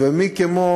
ומי כמו